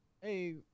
hey